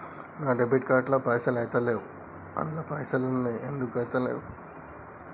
నా debit card తో payment ఐతలేవ్ అండ్ల పైసల్ ఉన్నయి ఎందుకు ఐతలేవ్?